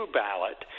ballot